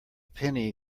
penny